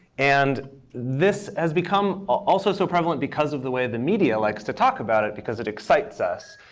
and this has become also so prevalent because of the way the media likes to talk about it because it excites us.